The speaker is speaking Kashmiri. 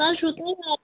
سُہ حظ چھُو تیار